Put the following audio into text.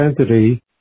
identity